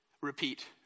Repeat